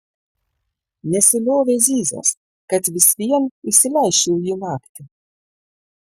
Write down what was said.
nesiliovė zyzęs kad vis vien įsileisčiau jį naktį